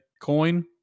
Coin